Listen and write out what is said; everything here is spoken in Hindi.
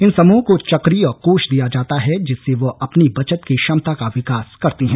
इन समूहों को चक्रीय कोष दिया जाता है जिससे वह अपनी बचत की क्षमता का विकास करती हैं